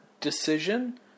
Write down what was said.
decision